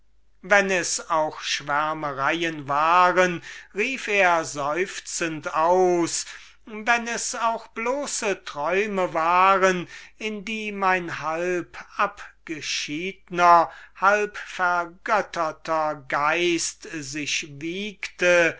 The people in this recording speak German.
wenn es auch schwärmereien waren rief er seufzend aus wenn es auch bloße träume waren in die mein halbabgeschiedner halbvergötterter geist sich wiegte welch